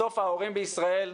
בסוף ההורים בישראל,